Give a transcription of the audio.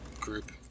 group